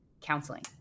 counseling